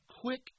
quick